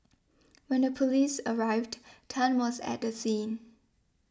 when the police arrived Tan was at the scene